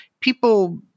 people